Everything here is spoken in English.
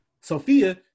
Sophia